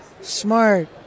smart